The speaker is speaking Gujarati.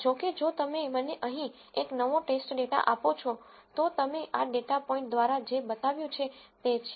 જો કે જો તમે મને અહીં એક નવો ટેસ્ટ ડેટા આપો છો તો તમે આ ડેટા પોઇન્ટ દ્વારા જે બતાવ્યું છે તે છે